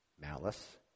malice